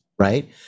right